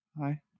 hi